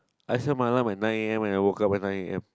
I set my alarm at nine a_m and I woke up at nine a_m